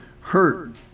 hurt